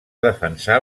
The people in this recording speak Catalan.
defensar